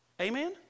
Amen